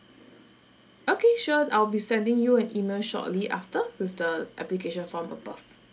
okay sure I'll be sending you an email shortly after with the application form above